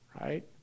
right